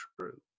true